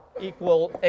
equal